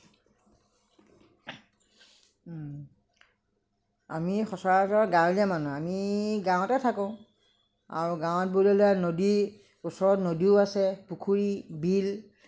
আমি সচৰাচৰ গাঁৱলীয়া মানুহ আমি গাঁৱতে থাকোঁ আৰু গাঁৱত বুলিলে নদী ওচৰত নদীও আছে পুখুৰী বিল